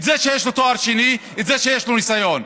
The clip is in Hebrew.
את זה שיש לו תואר שני או את זה שיש לו ניסיון?